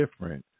different